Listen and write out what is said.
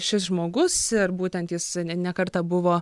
šis žmogus ir būtent jis ne ne kartą buvo